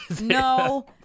No